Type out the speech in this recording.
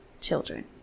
children